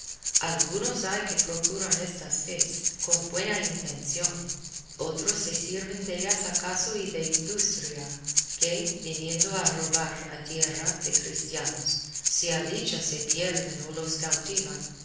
algunos hay que procuran estas fees con buena intención otros se sirven dellas acaso y de industria que viniendo a robar a tierra de cristianos si a dicha se pierden o los cautivan